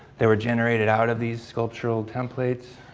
they were generated out of these sculptural templates.